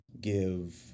give